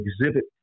exhibit